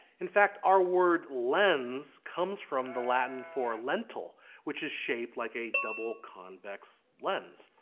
in fact our word lens comes from the latin for lentil which is shaped like a double convex lens.